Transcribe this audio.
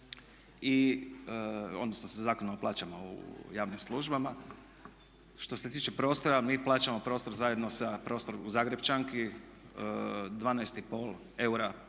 odnosno sa Zakonom o plaćama u javnim službama. Što se tiče prostora mi plaćamo prostor zajedno sa, prostor u Zagrepčanki 12,5 eura